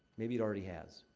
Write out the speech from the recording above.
maybe it already has.